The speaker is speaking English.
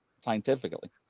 scientifically